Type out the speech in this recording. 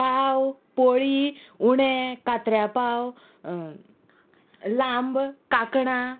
पाव पोळी उणें कात्र्या पाव लांब कांकणां